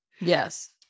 yes